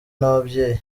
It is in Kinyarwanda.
n’ababyeyi